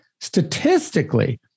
statistically